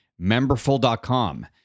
memberful.com